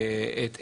את השינוי.